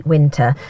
Winter